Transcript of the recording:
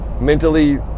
mentally